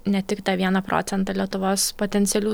ne tik tą vieną procentą lietuvos potencialių